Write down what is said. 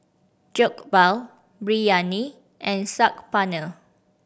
Jokbal Biryani and Saag Paneer